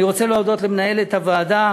אני רוצה להודות למנהלת הוועדה